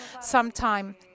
sometime